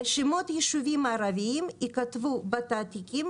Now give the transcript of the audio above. ושמות ישובים ערביים ייכתבו בתעתיקים